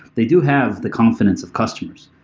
they do have the confidence of customers.